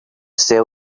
sell